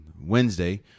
Wednesday